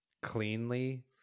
cleanly